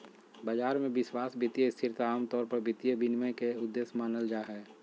बाजार मे विश्वास, वित्तीय स्थिरता आमतौर पर वित्तीय विनियमन के उद्देश्य मानल जा हय